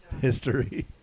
History